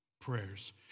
prayers